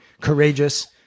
courageous